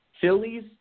Phillies